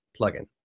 plugin